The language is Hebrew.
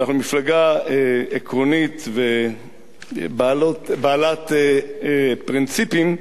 שאנחנו מפלגה עקרונית ובעלת פרינציפים,